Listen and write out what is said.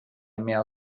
mehr